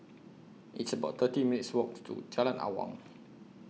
It's about thirty minutes' Walk to Jalan Awang